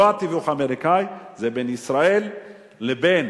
לא התיווך האמריקני, זה בין ישראל לבין